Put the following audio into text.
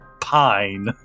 pine